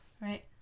right